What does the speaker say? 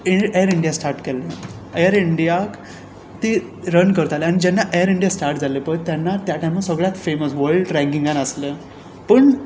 ईर air India start केल्लें air इंडियाक ते रन करताले आनी जेन्ना एर इंडिया स्टार्ट जाल्लें पळय तेन्ना त्या टायमार सगळ्याक फेमस वल्ड रँकिंगान आसलें पूण